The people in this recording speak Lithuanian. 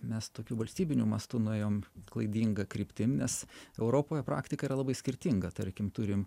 mes tokiu valstybiniu mastu nuėjom klaidinga kryptim nes europoje praktika yra labai skirtinga tarkim turim